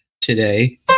today